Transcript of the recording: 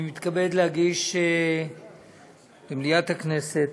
אני מתכבד להציג למליאת הכנסת